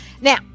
Now